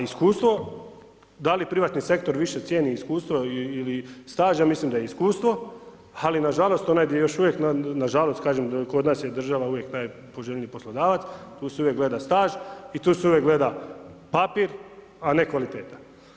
A iskustvo, da li privatni sektor više cijeni iskustvo ili staž, ja mislim da je iskustvo ali nažalost, to negdje još, uvijek nažalost kaže, kod nas je država uvijek najpoželjniji poslodavac, tu se uvijek gleda staž i tu se uvijek gleda papir a ne kvaliteta.